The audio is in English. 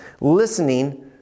listening